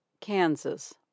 Kansas